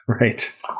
Right